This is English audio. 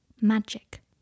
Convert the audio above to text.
Magic